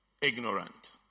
ignorant